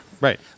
Right